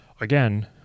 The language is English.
again